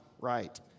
right